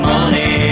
Money